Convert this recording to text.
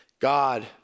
God